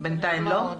בינתיים לא.